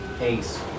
Ace